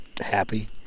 happy